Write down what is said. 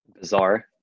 Bizarre